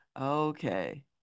Okay